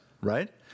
right